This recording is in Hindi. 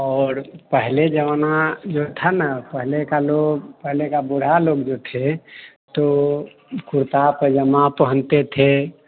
और पहले ज़माना जो था न पहले का लोग पहले का बूढ़ा लोग जो थे तो कुर्ता पजामा पहनते थे